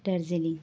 Darjeeling